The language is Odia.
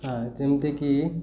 ହଁ ଯେମିତିକି